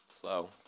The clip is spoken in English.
Slow